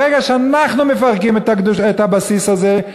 ברגע שאנחנו מפרקים את הבסיס הזה,